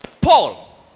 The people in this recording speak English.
Paul